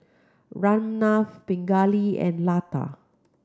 Ramnath Pingali and Lata